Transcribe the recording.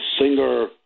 singer